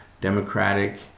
democratic